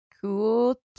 Cool